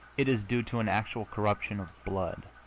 it is due to an actual corruption of blood.